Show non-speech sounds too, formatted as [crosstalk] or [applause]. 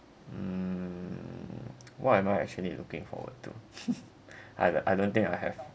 mm what am I actually looking forward to [laughs] I don't I don't think I have